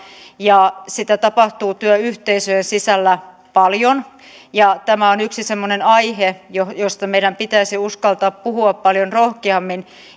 ja sitä tapahtuu työyhteisöjen sisällä paljon ja tämä on yksi semmoinen aihe josta meidän pitäisi uskaltaa puhua paljon rohkeammin